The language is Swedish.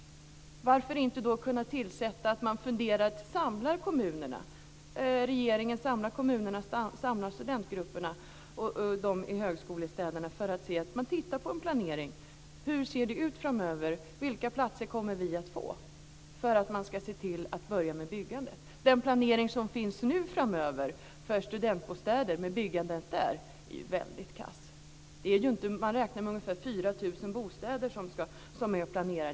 Varför kan regeringen då inte samla kommunerna och studentgrupperna i högskolestäderna för att titta på hur planeringen ser ut framöver och vilka platser de olika högskolorna kommer att få? På det sättet kan man börja bygga. Den planering som finns nu för byggandet av studentbostäder är väldigt kass. Man räknar med att ungefär 4 000 bostäder är planerade.